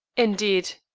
indeed.